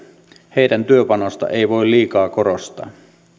heidän työpanostaan ei voi liikaa korostaa